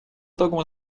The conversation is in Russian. итогом